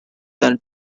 than